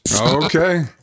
okay